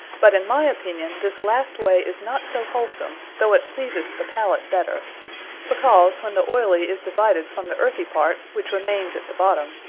but, in my opinion, this last way is not so wholsome, though it pleaseth the pallate better because, when the oily is divided from the earthy part, which remaines at the bottome,